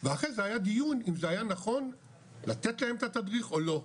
ואחי הזה היה דיון אם זה היה נכון לתת להם את התדריך או לא.